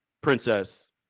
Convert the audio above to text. princess